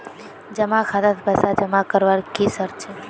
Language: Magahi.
जमा खातात पैसा जमा करवार की शर्त छे?